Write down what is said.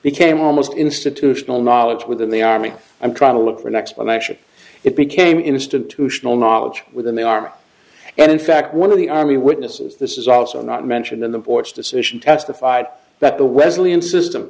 became almost institutional knowledge within the army i'm trying to look for an explanation it became institutional knowledge within the army and in fact one of the army witnesses this is also not mentioned in the board's decision testified that the wesleyan system